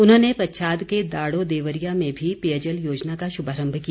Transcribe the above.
उन्होंने पच्छाद के दाड़ो देवरिया में भी पेयजल योजना का शुभारम्भ किया